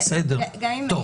בסדר, טוב.